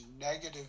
negative